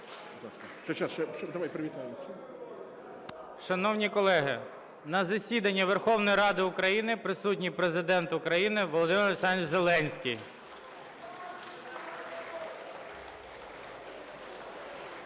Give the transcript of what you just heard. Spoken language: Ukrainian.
Шановні колеги, на засіданні Верховної Ради України присутній Президент України Володимир Олександрович Зеленський.